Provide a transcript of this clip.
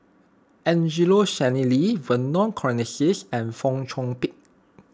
Angelo Sanelli Vernon Cornelius and Fong Chong Pik